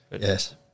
Yes